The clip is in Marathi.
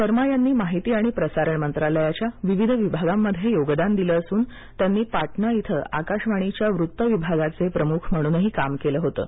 शर्मा यांनी माहिती आणि प्रसारण मंत्रालयाच्या विविध विभागांमध्ये योगदान दिलं असून त्यांनी पाटणा इथं आकाशवाणीच्या वृत्त विभागाचे प्रमुख म्हणूनही काम केलं होतं